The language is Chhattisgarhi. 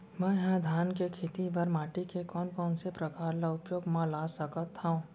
मै ह धान के खेती बर माटी के कोन कोन से प्रकार ला उपयोग मा ला सकत हव?